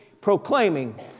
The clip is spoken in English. proclaiming